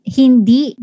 hindi